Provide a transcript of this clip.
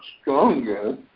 stronger